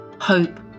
hope